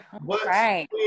Right